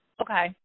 Okay